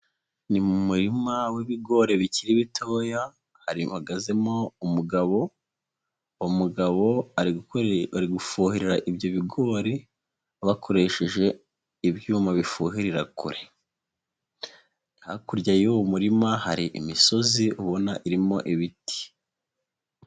Ni mu murima w'ibigori bikiri bitoya hahagazemo umugabo bari gufuhirira ibyo bigori bakoresheje ibyuma bifuhirira kure hakurya y'uwo murima hari imisozi ubona irimo ibiti.